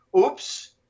oops